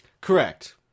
Correct